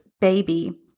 baby